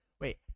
Wait